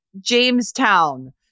Jamestown